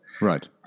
Right